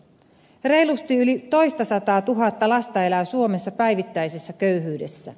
reilusti yli toistasataatuhatta lasta elää suomessa päivittäisessä köyhyydessä